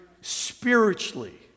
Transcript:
spiritually